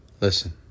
listen